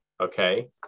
Okay